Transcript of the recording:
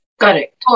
Correct